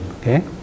Okay